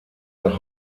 nach